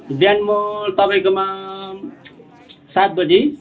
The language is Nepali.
बिहान म तपाईँकोमा सात बजी